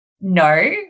no